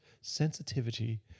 sensitivity